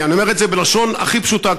כי אני אומר את זה בלשון הכי פשוטה,